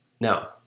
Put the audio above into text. Now